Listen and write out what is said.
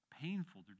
painful